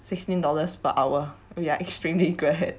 sixteen dollars per hour we are extremely glad